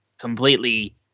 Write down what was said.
completely